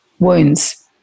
wounds